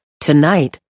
Tonight